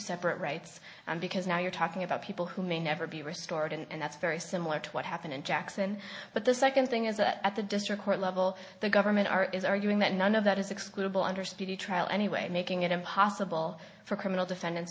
separate rights because now you're talking about people who may never be restored and that's very similar to what happened in jackson but the second thing is that at the district court level the government are is arguing that none of that is excludable under speedy trial anyway making it impossible for criminal defendants